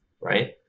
right